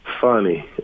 funny